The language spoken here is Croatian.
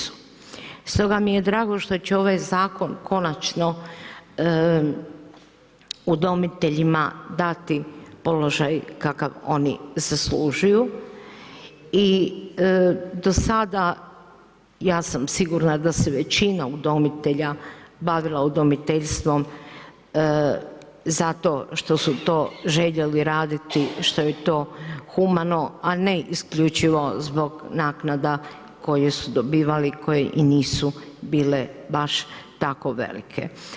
Stoga mi je drago što će ovaj zakon konačno udomiteljima dati položaj kakav oni zaslužuju i do sada, ja sam sigurna da se većina udomitelja bavila udomiteljstvom zato što su to željeli raditi, što je to humano, a ne isključivo zbog naknada koje su dobivale, koje i nisu bile baš tako velike.